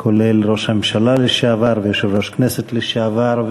כולל ראש הממשלה לשעבר ויושב-ראש הכנסת לשעבר,